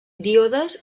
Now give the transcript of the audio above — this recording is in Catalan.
díodes